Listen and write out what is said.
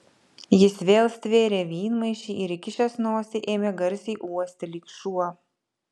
jis vėl stvėrė vynmaišį ir įkišęs nosį ėmė garsiai uosti lyg šuo